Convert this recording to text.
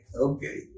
okay